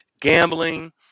gambling